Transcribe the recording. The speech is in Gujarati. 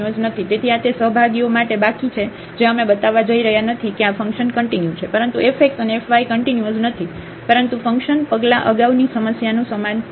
તેથી આ તે સહભાગીઓ માટે બાકી છે જે અમે બતાવવા જઈ રહ્યા નથી કે આ ફંકશન કંટીન્યુ છે પરંતુ f x અને f y કન્ટીન્યુઅસ નથી પરંતુ ફંકશન પગલાં અગાઉની સમસ્યાનું સમાન છે